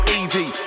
easy